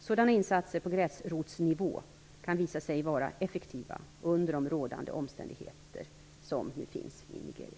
Sådana insatser på gräsrotsnivå kan visa sig vara effektiva under de omständigheter som nu råder i Nigeria.